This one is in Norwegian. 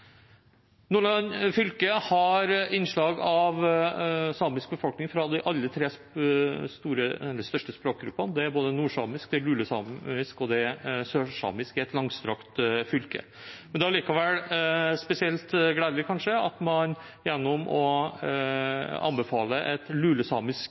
Nordland fylke har innslag av samisk befolkning fra alle de tre største språkgruppene, både nordsamisk, lulesamisk og sørsamisk, i et langstrakt fylke. Det er allikevel spesielt gledelig at man gjennom å